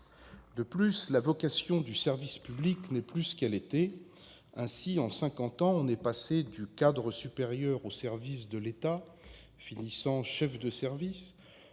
De plus, la vocation du service public n'est plus ce qu'elle était. Ainsi, en cinquante ans, on est passé du cadre supérieur au service de l'État, finissant chef de service,